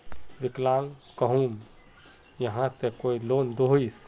विकलांग कहुम यहाँ से कोई लोन दोहिस?